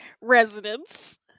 residents